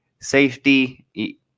safety